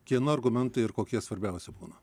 kieno argumentai ir kokie svarbiausi būna